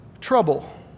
trouble